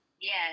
Yes